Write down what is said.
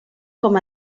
com